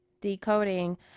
decoding